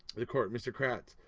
the court mr. kratz?